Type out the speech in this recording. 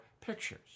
pictures